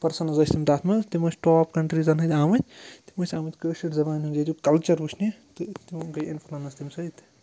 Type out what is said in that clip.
persons ٲسۍ تِم تَتھ منٛز تِم ٲسۍ ٹاپ کَنٹریٖزَن ہٕنٛدۍ آمٕتۍ تِم ٲسۍ آمٕتۍ کٲشِر زَبانہِ ہُنٛد ییٚتیُک کَلچَر وٕچھنہِ تہٕ تِمو گٔے اِنفٕلَنٕس تَمہِ سۭتۍ